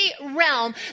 realm